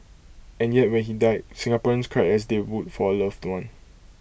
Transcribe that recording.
and yet when he died Singaporeans cried as they would for A loved one